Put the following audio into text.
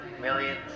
millions